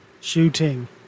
shooting